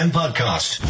podcast